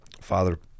Father